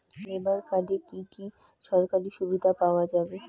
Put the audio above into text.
Labour কার্ডে কি কি সরকারি সুবিধা পাওয়া যাবে?